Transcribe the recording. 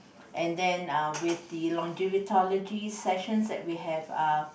and then uh with the longivitology sessions that we have uh